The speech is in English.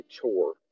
chore